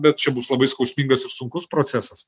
bet čia bus labai skausmingas ir sunkus procesas